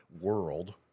world